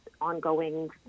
ongoing